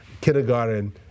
kindergarten